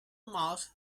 mouth